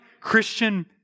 Christian